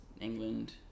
England